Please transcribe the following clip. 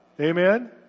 Amen